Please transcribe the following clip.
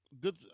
good